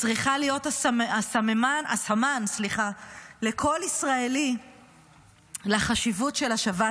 צריכה להיות הסמן לכל ישראלי לחשיבות של השבת